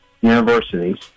universities